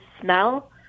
smell